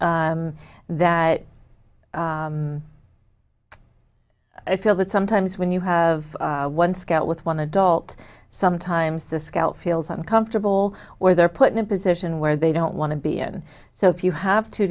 that i feel that sometimes when you have one scout with one adult sometimes the scout feels uncomfortable or they're put in a position where they don't want to be in so if you have to